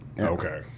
okay